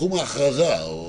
שבתחום ההכרזה.